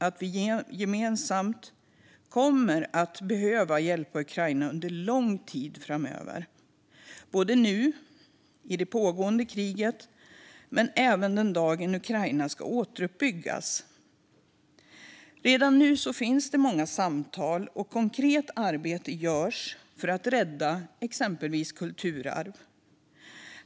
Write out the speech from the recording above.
Vi kommer gemensamt att behöva hjälpa Ukraina under lång tid framöver, både i det pågående kriget och den dagen Ukraina ska återuppbyggas. Redan nu pågår många samtal, och konkret arbete görs för att rädda exempelvis kulturarv.